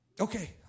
Okay